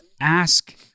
ask